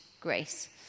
grace